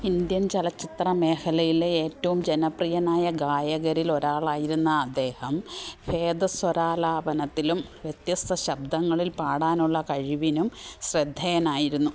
Indian ചലച്ചിത്രമേഖലയിലെ ഏറ്റവും ജനപ്രിയനായ ഗായകരിൽ ഒരാളായിരുന്ന അദ്ദേഹം ഭേദസ്വരാലാപനത്തിലും വ്യത്യസ്ത ശബ്ദങ്ങളിൽ പാടാനുള്ള കഴിവിനും ശ്രദ്ധേയനായിരുന്നു